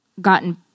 gotten